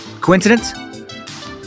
Coincidence